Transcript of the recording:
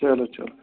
چلو چلو